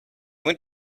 went